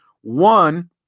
one